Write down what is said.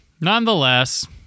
nonetheless